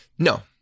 No